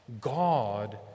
God